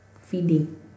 feeding